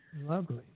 Lovely